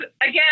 Again